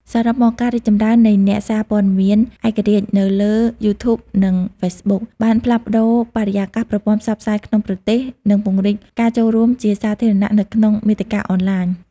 សរុបមក ការរីកចម្រើននៃអ្នកសារព័ត៌មានឯករាជ្យនៅលើ YouTube និង Facebook បានផ្លាស់ប្តូរបរិយាកាសប្រព័ន្ធផ្សព្វផ្សាយក្នុងប្រទេស និងពង្រីកការចូលរួមជាសាធារណៈនៅក្នុងមាតិកាអនឡាញ។